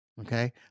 Okay